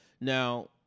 now